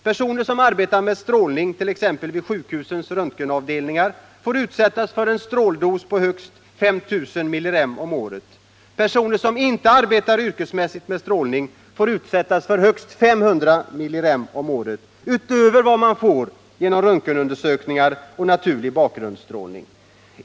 Personer som arbetar med strålning, t.ex. vid sjukhusens röntgenavdelningar, får utsättas för en stråldos på högst 5 000 millirem om året. Personer som inte arbetar yrkesmässigt med strålning får utsättas för högst 500 millirem om året utöver vad man får genom röntgenundersökningar och naturlig bakgrundsstrålning.